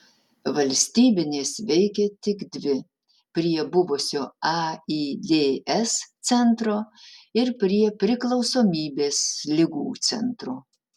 valstybinės veikė tik dvi prie buvusio aids centro ir prie priklausomybės ligų centro